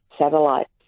satellites